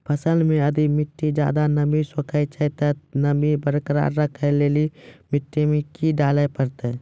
फसल मे यदि मिट्टी ज्यादा नमी सोखे छै ते नमी बरकरार रखे लेली मिट्टी मे की डाले परतै?